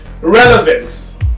relevance